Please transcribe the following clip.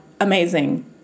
amazing